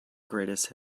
greatest